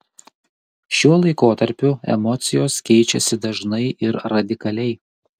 šiuo laikotarpiu emocijos keičiasi dažnai ir radikaliai